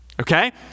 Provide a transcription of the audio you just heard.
Okay